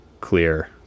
clear